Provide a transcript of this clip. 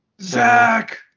Zach